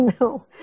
No